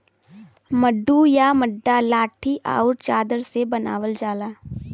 मड्डू या मड्डा लाठी आउर चादर से बनावल जाला